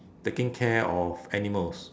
taking care of animals